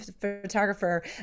photographer